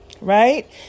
right